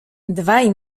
dwaj